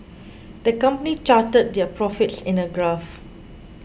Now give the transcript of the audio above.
the company charted their profits in a graph